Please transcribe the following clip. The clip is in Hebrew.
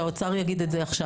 שהאוצר יגיד את זה עכשיו.